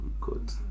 good